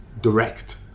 direct